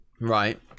Right